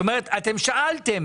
זאת אומרת, אתם שאלתם.